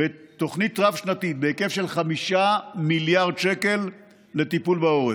בתוכנית רב-שנתית בהיקף של 5 מיליארד שקל לטיפול בעורף.